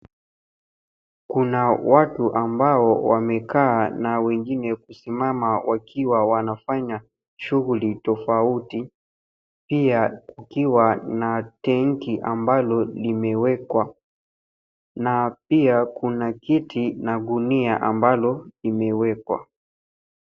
Kuna watu ambao wamekaa na wengine kusimama wakiwa wanafanya shughuli tofauti. Pia kukiwa na tanki ambalo limewekwa na pia kuna kiti na gunia ambalo imewekwa.